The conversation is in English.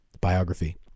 biography